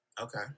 Okay